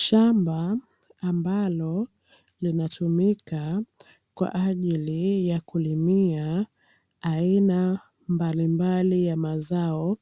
Shamba ambalo linatumika kwa ajili ya kulimia aina mbalimbali ya mazao